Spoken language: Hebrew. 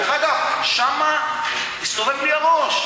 דרך אגב, שם הסתובב לי הראש.